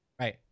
Right